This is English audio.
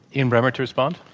ian bremmer to respond?